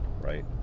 right